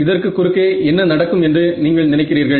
இதற்கு குறுக்கே என்ன நடக்கும் என்று நீங்கள் நினைக்கிறீர்கள்